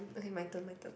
okay my turn my turn